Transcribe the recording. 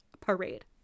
parade